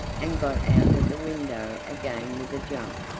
and got out of the window again with a jump.